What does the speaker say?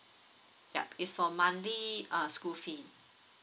yeah it's for monthly uh school fee